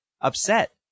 upset